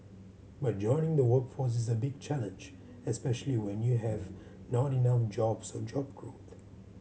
but joining the workforce is a big challenge especially when you have not enough jobs or job growth